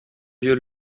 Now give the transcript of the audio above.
lieu